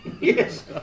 Yes